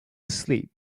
asleep